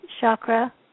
chakra